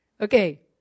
Okay